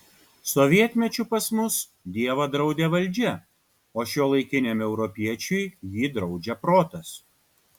sovietmečiu pas mus dievą draudė valdžia o šiuolaikiniam europiečiui jį draudžia protas